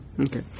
Okay